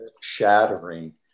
shattering